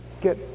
get